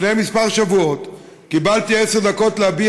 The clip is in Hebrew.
לפי כמה שבועות קיבלתי עשר דקות להביע